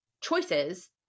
choices